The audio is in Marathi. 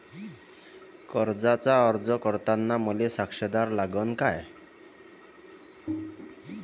कर्जाचा अर्ज करताना मले साक्षीदार लागन का?